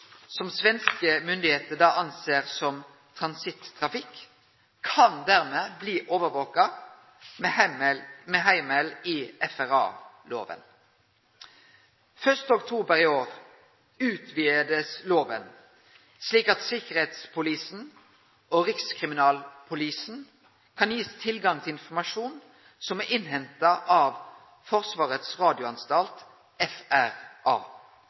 som svenske myndigheiter ser på som transittrafikk, kan dermed bli overvakt med heimel i FRA-lova. 1. oktober i år blir lova utvida, slik at Säkerhetspolisen og Rikskriminalpolisen kan bli gitt tilgang til informasjon som er innhenta av Försvarets radioanstalt, FRA.